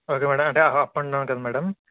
okay madam అంటే up and down కదా madam